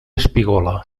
espigola